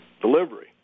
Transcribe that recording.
delivery